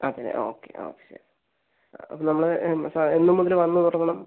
അതെ ഓക്കെ ആ ശരി അത് നമ്മള് സാർ എന്ന് മുതല് വന്ന് തുടങ്ങണം